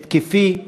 התקפי,